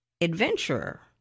adventurer